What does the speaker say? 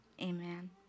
Amen